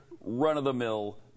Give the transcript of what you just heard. run-of-the-mill